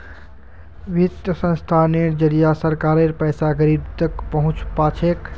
वित्तीय संस्थानेर जरिए सरकारेर पैसा गरीब तक पहुंच पा छेक